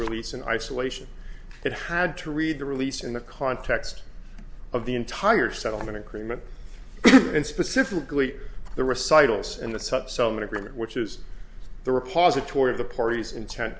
release in isolation it had to read the release in the context of the entire settlement agreement and specifically the recitals and the subsequent agreement which is the repository of the party's intent